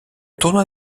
tournoi